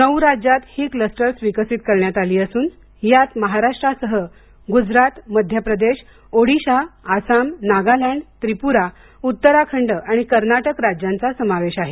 नऊ राज्यात ही क्लस्टर विकसित करण्यात आली असून यात महाराष्ट्रासह गुजरात मध्य प्रदेश ओडिशा आसाम नागलँड त्रिपुरा उत्तराखंड आणि कर्नाटक राज्यांचा समावेश आहे